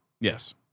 Yes